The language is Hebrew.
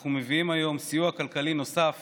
אנחנו מביאים היום סיוע כלכלי נוסף